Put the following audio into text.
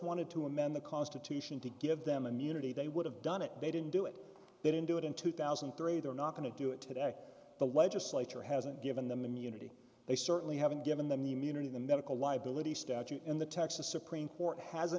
wanted to amend the constitution to give them immunity they would have done it they didn't do it they didn't do it in two thousand and three they're not going to do it today the legislature hasn't given them immunity they certainly haven't given them the immunity the medical liability statute in the texas supreme court has